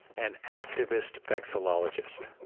an activist vexillologist